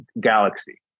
galaxy